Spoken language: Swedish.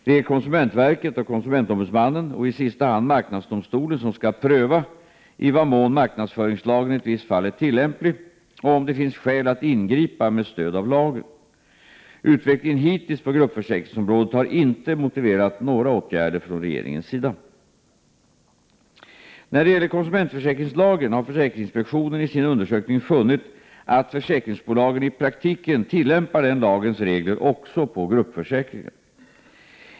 Det är konsumentverket och KO och i sista hand marknadsdomstolen som skall pröva i vad mån marknadsföringslagen i ett visst fall är tillämplig och om det finns skäl att ingripa med stöd av lagen. Utvecklingen hittills på gruppförsäkringsområdet har inte motiverat några åtgärder från regeringens sida. När det gäller konsumentförsäkringslagen har försäkringsinspektionen i sin undersökning funnit att försäkringsbolagen i praktiken tillämpar den lagens regler också på gruppförsäkringar.